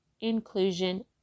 inclusion